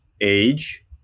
age